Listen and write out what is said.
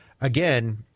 again